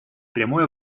прямое